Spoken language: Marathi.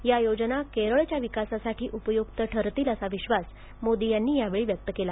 या योजना केरळच्या विकासासाठी उपयुक्त ठरतील असा विश्वास मोदी यांनी यावेळी व्यक्त केला